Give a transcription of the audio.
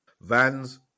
Vans